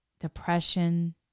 depression